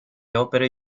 opere